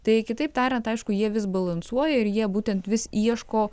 tai kitaip tariant aišku jie vis balansuoja ir jie būtent vis ieško